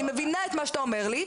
אני מבינה את מה שאתה אומר לי,